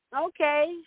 Okay